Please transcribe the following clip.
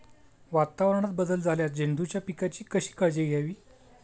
वातावरणात बदल झाल्यास झेंडूच्या पिकाची कशी काळजी घ्यावी?